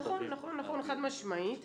נכון, חד משמעית.